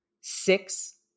six